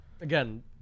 Again